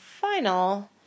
final